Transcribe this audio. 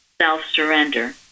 self-surrender